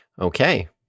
okay